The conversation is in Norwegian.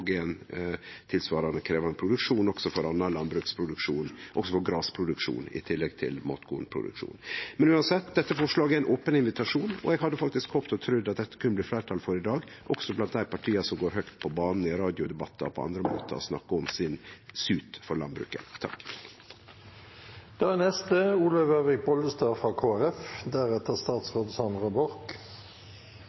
også for annan landbruksproduksjon – som grasproduksjon – i tillegg til matkornproduksjon. Men uansett: Dette forslaget er ein open invitasjon, og eg hadde faktisk håpt og trudd at det kunne få fleirtal i dag, også blant dei partia som går høgt på banen i radiodebattar og på andre måtar og snakkar om si sut for landbruket.